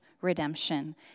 redemption